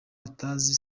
atazi